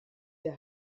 der